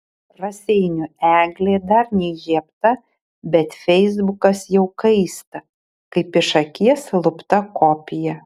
raseinių eglė dar neįžiebta bet feisbukas jau kaista kaip iš akies lupta kopija